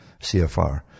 CFR